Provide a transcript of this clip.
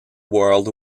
world